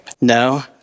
No